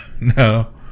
No